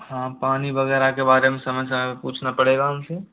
हाँ पानी वग़ैरह के बारे में समय समय पर पूछना पड़ेगा उन से